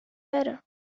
better